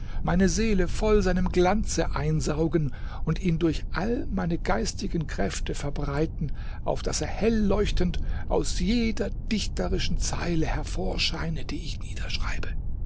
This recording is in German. meine seele voll seinem glanze einsaugen und ihn durch alle meine geistigen kräfte verbreiten auf daß er helleuchtend aus jeder dichterischen zeile hervorscheine die ich niederschreibe